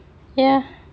ya